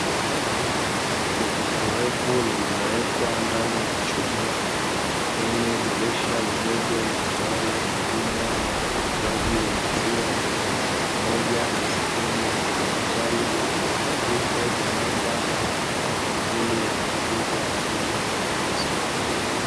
Jokofu refu lililowekwa ndani ya chumba, yenye dirisha lidogo litoalo huduma ya maziwa, pamoja na skrini ya kidijitali yenye kitufe vya namba kwa ajili ya kuingiza ujazo wa maziwa.